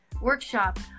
workshop